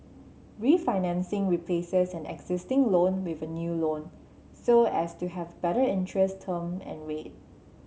refinancing replaces an existing loan with a new loan so as to have a better interest term and rate